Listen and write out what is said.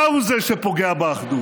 אתה הוא זה שפוגע באחדות,